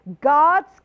God's